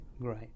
great